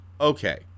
okay